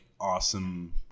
awesome